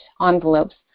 envelopes